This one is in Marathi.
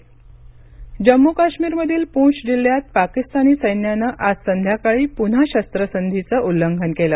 शस्त्रसंधी उल्लंघन जम्मू काश्मीरमधील पूँछ जिल्ह्यात पाकिस्तानी सैन्यानं आज संध्याकाळी पुन्हा शस्त्रसंधीचं उल्लंघन केल